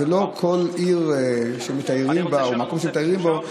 זו לא כל עיר שמתיירים בה או מקום שמתיירים בו,